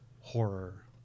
horror